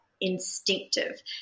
instinctive